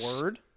word